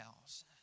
house